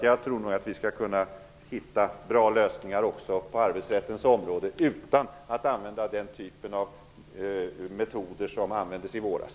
Jag tror nog att vi skall kunna hitta bra lösningar också på arbetsrättens område utan att använda den typ av metoder som användes i våras.